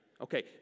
Okay